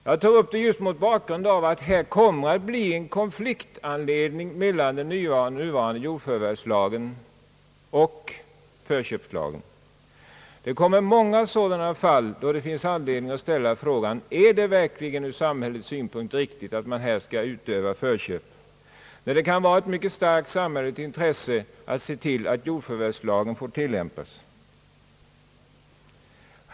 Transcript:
Jag tog upp detta av det skälet att det kommer att bli konflikter mellan förköpslagen och den nuvarande jordförvärvslagen. Det finns anledning att ställa frågan: Är det verkligen ur samhällets synpunkt riktigt: med kommunalt förköp, när det kan vara ett mycket starkt samhällsintresse att jordförvärvslagen får tillämpas?